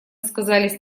сказались